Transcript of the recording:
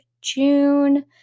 June